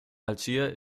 algier